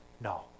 No